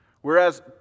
Whereas